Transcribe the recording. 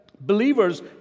Believers